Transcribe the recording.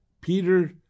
Peter